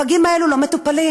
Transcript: הפגים האלה לא מטופלים.